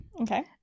Okay